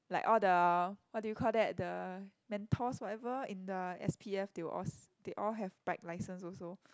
like all the what do you call that the mentors whatever in the S_p_F they were all s~ they all have bike licence also